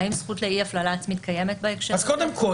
האם הזכות לאי הפללה עצמית קיימת בהקשר הזה?